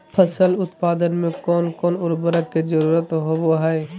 फसल उत्पादन में कोन कोन उर्वरक के जरुरत होवय हैय?